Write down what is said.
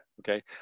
Okay